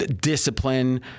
discipline